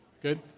Good